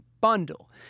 bundle